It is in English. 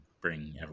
bring